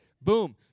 boom